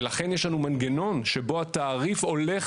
ולכן יש לנו מנגנון שבו התעריף הולך